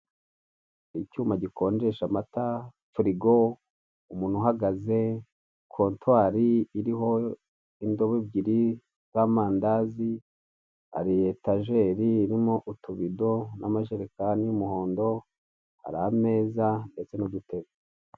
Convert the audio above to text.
Icyuma gikonjesha amata, firigo, umuntu uhagaze, kontwari iriho indobo ebyiri z'amandazi, hari etajeri irimo utubido ,n'amajerekani y'umuhondo, hari ameza ndetse n'udutebe.